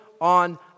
on